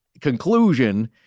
conclusion